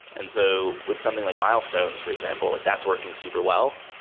and so with something like milestones, for example, that's working super well.